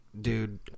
Dude